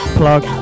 plug